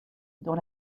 dans